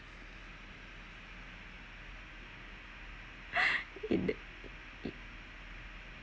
it that it